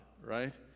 right